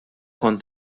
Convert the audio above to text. kont